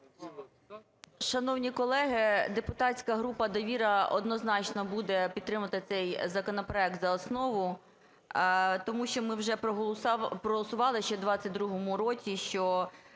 Шановні колеги, депутатська група "Довіра" однозначно буде підтримувати цей законопроект за основу. Тому що ми вже проголосували ще в 22-му році, що,